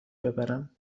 ببرم